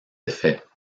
effets